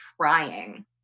trying